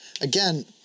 Again